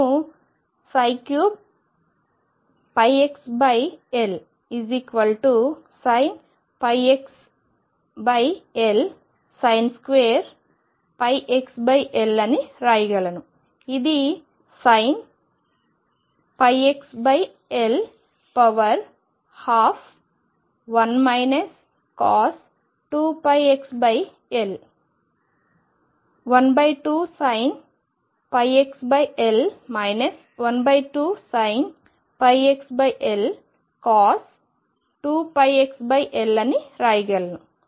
నేను 3 πxL πxL 2 πxL అని రాయగలను ఇది πxL 121 cos 2πxL ఇది12sin πxL 12sin πxL cos 2πxL అని రాయగలను